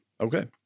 okay